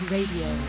Radio